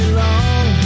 long